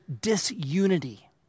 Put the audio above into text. disunity